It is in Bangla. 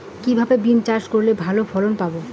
কিভাবে বিম চাষ করলে ভালো ফলন পাব?